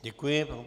Děkuji.